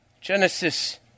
Genesis